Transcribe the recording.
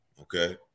okay